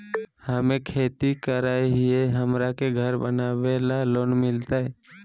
हमे खेती करई हियई, हमरा के घर बनावे ल लोन मिलतई?